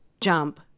jump